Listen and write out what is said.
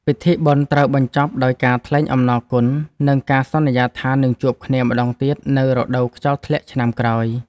ពិធីបុណ្យត្រូវបញ្ចប់ដោយការថ្លែងអំណរគុណ និងការសន្យាថានឹងជួបគ្នាម្ដងទៀតនៅរដូវខ្យល់ធ្លាក់ឆ្នាំក្រោយ។